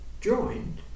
joined